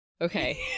Okay